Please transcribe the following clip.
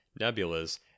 nebulas